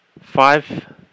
five